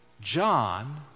John